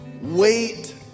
Wait